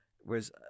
whereas